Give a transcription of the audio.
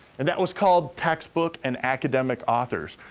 and that was called textbook and academic authors.